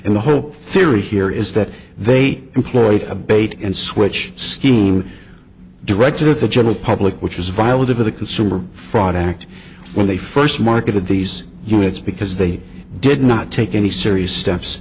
in the whole theory here is that they employed a bait and switch scheme directed at the general public which was violated by the consumer fraud act when they first marketed these units because they did not take any serious steps